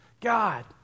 god